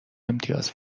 امتیاز